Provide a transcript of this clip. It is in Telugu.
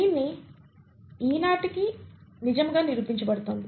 దీన్ని ఈనాటికీ నిజముగా నిరూపించబడుతోంది